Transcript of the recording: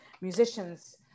musicians